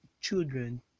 children